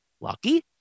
lucky